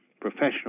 professional